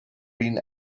been